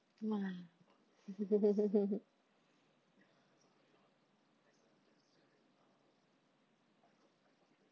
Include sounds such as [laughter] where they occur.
!wah! [laughs]